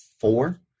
four